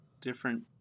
different